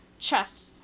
trust